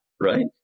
right